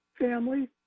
family